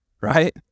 right